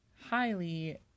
highly